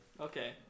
Okay